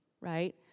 right